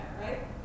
right